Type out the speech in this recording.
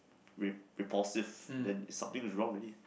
rep~ repulsive then something is wrong already